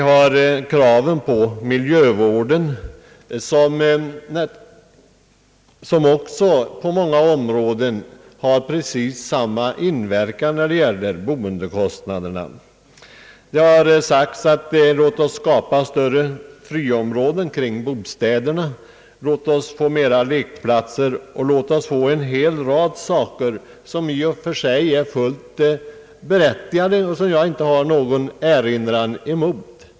Även kraven på miljövården har på många områden precis samma inverkan när det gäller boendekostnaderna. Det har sagts att vi skall skapa större friområden kring bostäderna samt flera lekplatser och en hel rad anordningar, som i och för sig är fullt berättigade och som jag inte har någon erinran emot.